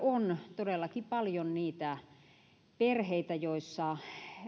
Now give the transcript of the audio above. on todellakin paljon niitä perheitä joissa